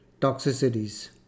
toxicities